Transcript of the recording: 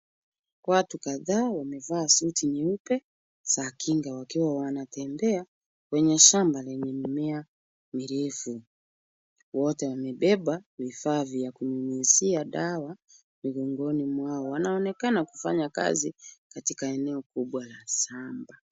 Watu kadhaa wamevaa suti nyeupe za kinga, wakiwa wanatembea kwenye shamba lenye mimea mirefu. Wote wamebeba vifaa vya kunyunyizia dawa, mgongoni mwao. Wanaonekana kufanya kazi, katika eneo kubwa la shamba.